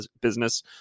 business